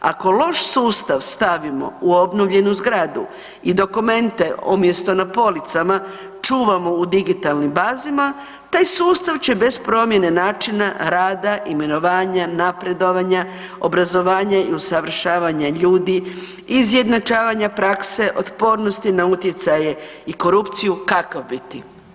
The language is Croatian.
Ako loš sustav stavimo u obnovljenu zgradu i dokumente umjesto na policama čuvamo u digitalnim bazama, taj sustav će bez promjene načina rada, imenovanja, napredovanja, obrazovanja i usavršavanja ljudi, izjednačavanja prakse, otpornosti na utjecaje i korupcije kakav biti.